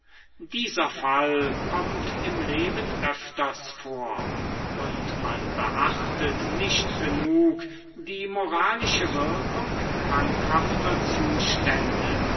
dieser fall kommt im leben öfters vor und man beachtet nicht genug die moralische wirkung krankhafter zustände